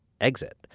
exit